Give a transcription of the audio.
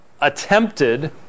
attempted